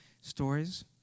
stories